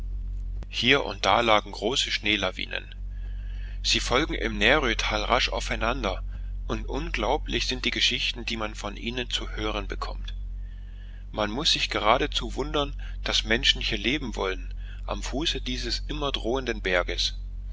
hier und da lagen große schneelawinen sie folgen im närötal rasch aufeinander und unglaublich sind die geschichten die man von ihnen zu hören bekommt man muß sich geradezu wundern daß menschen hier leben wollen am fuße dieses immer drohenden berges